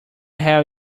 hell